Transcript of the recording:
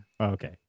okay